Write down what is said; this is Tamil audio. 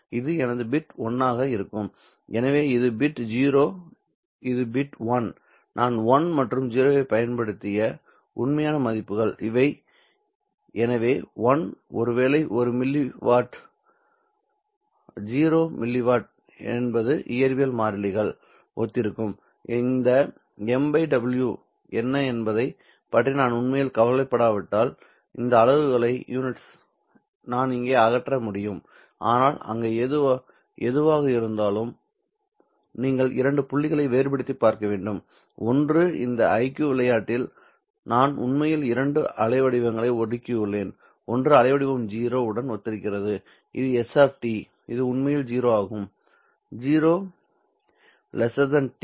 எனவே இது பிட் 0 இது பிட் 1 நான் 1 மற்றும் 0 ஐப் பயன்படுத்திய உண்மையான மதிப்புகள் இவை எனவே 1 ஒருவேளை இது மில்லி வாட் 0 மில்லி வாட் என்பது இயற்பியல் மாறிகளை ஒத்திருக்கும் இந்த m w என்ன என்பதைப் பற்றி நான் உண்மையில் கவலைப்படாவிட்டால் இந்த அலகுகளை நான் இங்கே அகற்ற முடியும் ஆனால் அங்கே எதுவாக இருந்தாலும் நீங்கள் இரண்டு புள்ளிகளை வேறுபடுத்திப் பார்க்க வேண்டும் ஒன்று இந்த iq விளையாட்டில் நான் உண்மையில் இரண்டு அலைவடிவங்களை ஒடுக்கியுள்ளேன் ஒன்று அலைவடிவம் 0 உடன் ஒத்திருக்கிறது இது s0 இது உண்மையில் 0 ஆகும்